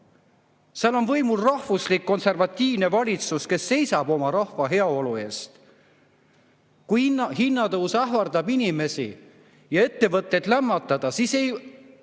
seal on võimul rahvuslik konservatiivne valitsus, kes seisab oma rahva heaolu eest. Kui hinnatõus ähvardab inimesi ja ettevõtteid lämmatada, siis ei